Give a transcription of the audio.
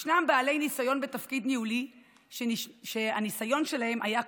ישנם בעלי ניסיון בתפקיד ניהולי שהניסיון שלהם היה כושל,